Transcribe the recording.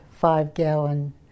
five-gallon